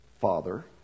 Father